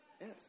Yes